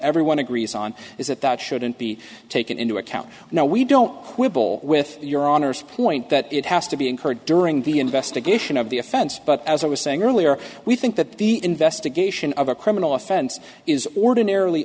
everyone agrees on is that that shouldn't be taken into account now we don't quibble with your honor's point that it has to be incurred during the investigation of the offense but as i was saying earlier we think that the investigation of a criminal offense is ordinarily